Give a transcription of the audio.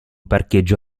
parcheggio